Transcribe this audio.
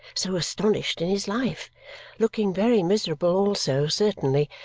so astonished in his life looking very miserable also, certainly,